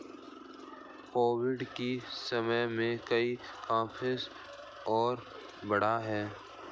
Covid के समय में ई कॉमर्स और बढ़ा है